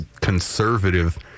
conservative